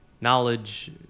knowledge